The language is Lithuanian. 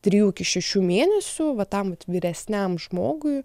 trijų iki šešių mėnesių va tam vat vyresniam žmogui